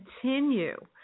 continue